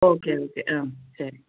okay okay ஆ சரி